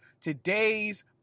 today's